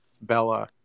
Bella